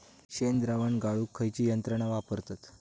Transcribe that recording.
शेणद्रावण गाळूक खयची यंत्रणा वापरतत?